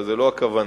אבל זו לא הכוונה.